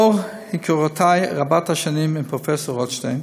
לאור היכרותי רבת השנים עם פרופסור רוטשטיין,